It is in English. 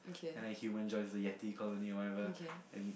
and a human joins the Yeti colony or whatever and